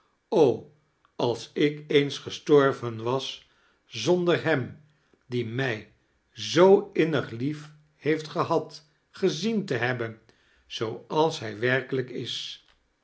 als ik eens gestorvem was zonder hem die mij zoo innig lief heeft gehad gezien te hebben zooals hij werkelijk i